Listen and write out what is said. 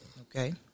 okay